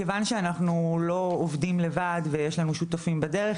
מכיוון שאנחנו לא עובדים לבד ויש לנו שותפים בדרך,